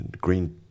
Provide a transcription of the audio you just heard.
green